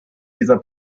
dieser